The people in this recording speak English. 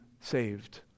saved